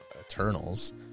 Eternals